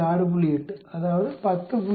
8 அதாவது 10